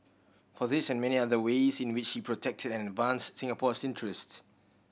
for this and many other ways in which he protected and advanced Singapore's interest